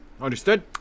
Understood